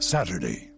Saturday